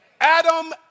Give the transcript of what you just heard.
Adam